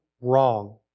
wrong